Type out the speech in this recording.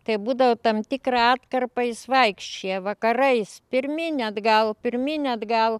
tai būdavo tam tikrą atkarpą jis vaikščiojo vakarais pirmyn atgal pirmyn atgal